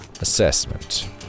Assessment